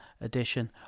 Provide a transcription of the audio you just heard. edition